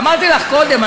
אמרתי לך קודם,